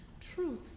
truth